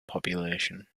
population